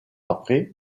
après